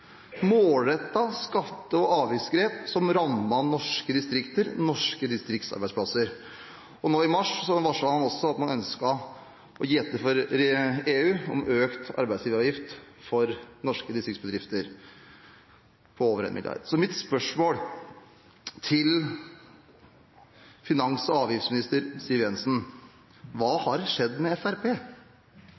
skatte- og avgiftsgrep som rammer norske distrikter og norske distriktsarbeidsplasser. Og nå i mars varslet man også at man ønsket å gi etter for EU med hensyn til økt arbeidsgiveravgift for norske distriktsbedrifter, på over 1 mrd. kr. Mitt spørsmål til finans- og avgiftsminister Siv Jensen er: Hva har skjedd med